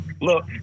Look